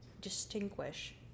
distinguish